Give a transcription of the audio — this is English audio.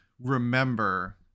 remember